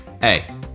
hey